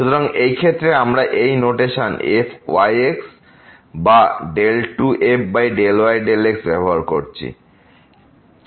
সুতরাং এই ক্ষেত্রে আমরা এই নোটেশন fyx বা 2f∂y∂xব্যবহার করছি